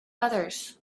others